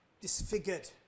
disfigured